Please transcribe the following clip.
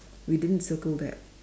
we didn't circle that